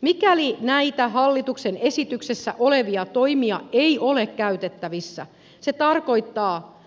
mikäli näitä hallituksen esityksissä olevia toimia ei ole käytettävissä se tarkoittaa